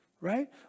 right